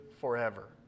forever